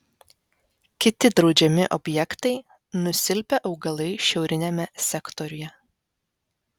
kiti draudžiami objektai nusilpę augalai šiauriniame sektoriuje